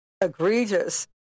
egregious